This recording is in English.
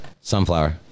Sunflower